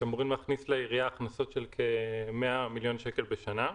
שאמורים להכניס לעירייה הכנסות של כ-100 מיליון שקל בשנה.